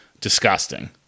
disgusting